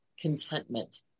contentment